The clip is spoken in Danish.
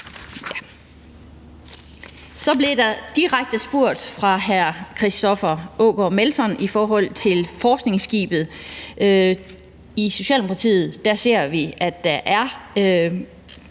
Så blev der direkte spurgt fra hr. Christoffer Aagaard Melson om forskningsskibet. I Socialdemokratiet ser vi, at der er